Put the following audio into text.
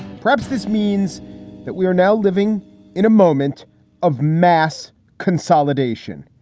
perhaps this means that we are now living in a moment of mass consolidation.